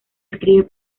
escribe